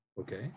Okay